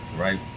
right